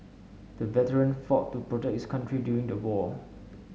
the veteran fought to protect his country during the war